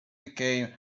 became